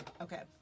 Okay